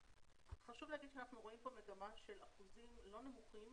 חשוב להגיד שאנחנו רואים פה מגמה של אחוזים לא נמוכים